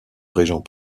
régent